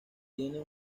tienes